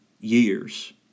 years